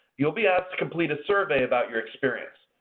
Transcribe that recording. you'll be asked to complete a survey about your experience.